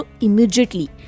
immediately